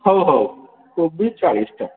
ହଉ ହଉ କୋବି ଚାଳିଶଟା